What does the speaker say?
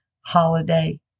holiday